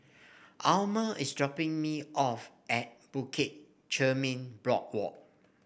Alma is dropping me off at Bukit Chermin Boardwalk